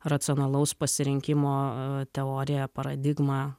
racionalaus pasirinkimo teorija paradigma